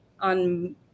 on